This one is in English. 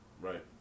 Right